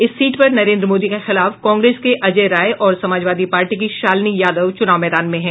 इस सीट पर नरेन्द्र मोदी के खिलाफ कांग्रेस के अजय राय और समाजवादी पार्टी की शालिनी यादव चुनाव मैदान में हैं